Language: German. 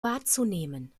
wahrzunehmen